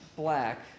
black